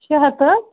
شےٚ ہَتھ حظ